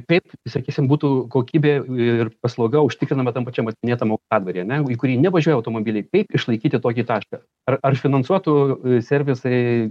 kaip sakysim būtų kokybė ir paslauga užtikrinama tam pačiam vat minėtam aukštadvaryje ane į kurį nevažiuoja automobiliai kaip išlaikyti tokį tašką ar ar finansuotų servisai